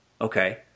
Okay